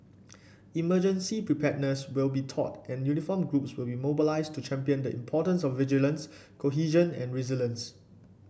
emergency preparedness will be taught and uniformed groups will be mobilised to champion the importance of vigilance cohesion and resilience